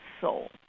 soul